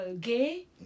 gay